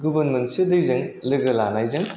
गुबुन मोनसे दैजों लोगो लानायजों